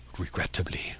regrettably